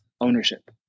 ownership